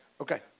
Okay